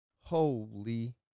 Holy